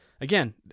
Again